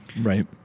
Right